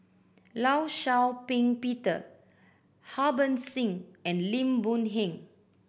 Law Shau Ping Peter Harbans Singh and Lim Boon Heng